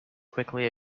quickly